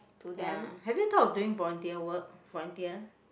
ya have you thought of doing volunteer work volunteer